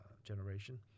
Generation